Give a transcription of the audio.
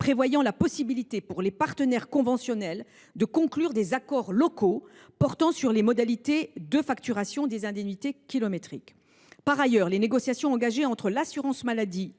prévoit la possibilité pour les partenaires conventionnels de conclure des accords locaux portant sur les modalités de facturation des indemnités kilométriques. Par ailleurs, les négociations engagées en mai dernier entre l’assurance maladie